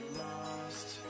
lost